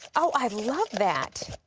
oh, i love that!